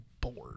bored